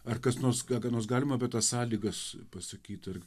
ar kas nors ką ką nors galima apie tas sąlygas pasakyt ar